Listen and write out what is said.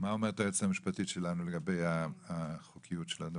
מה אומרת היועצת המשפטית שלנו לגבי החוקיות של הדבר?